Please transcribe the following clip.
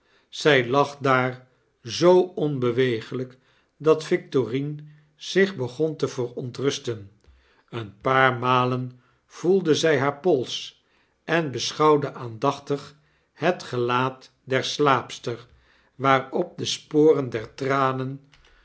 zy lag daar zoo onbeweeglp dat victorine zich begon teverontrusten een paar malen voelde zij haar pols en beschouwde aandachtig hetgelaatder slaapster waarop de sporen aer tranen